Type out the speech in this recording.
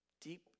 Deep